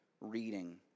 reading